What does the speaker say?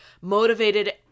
motivated